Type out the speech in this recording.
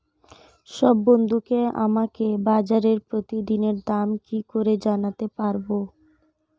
সব বন্ধুকে আমাকে বাজারের প্রতিদিনের দাম কি করে জানাতে পারবো?